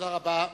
תודה רבה.